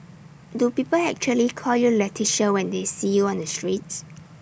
do people actually call you Leticia when they see you on the streets